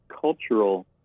cultural